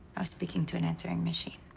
i was speaking to an answering machine.